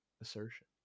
assertion